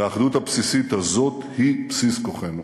והאחדות הבסיסית הזאת היא בסיס כוחנו.